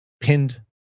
pinned